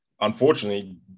unfortunately